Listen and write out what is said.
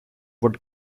would